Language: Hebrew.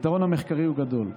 היתרון המחקרי הוא גדול.